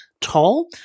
tall